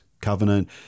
covenant